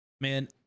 Man